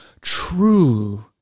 true